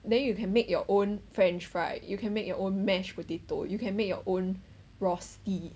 then you can make your own french fry you can make your own mash potato you can make your own rosti